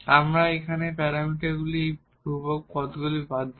আমরা এখানে প্যারামিটারগুলির এই ধ্রুবক টার্মগুলি বাদ দেব